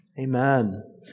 Amen